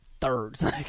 Thirds